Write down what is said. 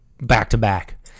back-to-back